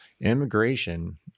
immigration